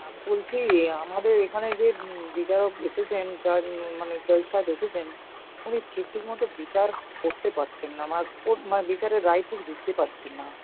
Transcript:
আমি তো বলছি যে আমাদের এখানে যে বিধায়ক এসেছেন তার মানে জজসাহেব এসেছেন উনি ঠিক ঠিক মতো বিচার করতে পারছেন না বা আর ওর মানে বিচারের রায় ঠিক দিতে পারছেন না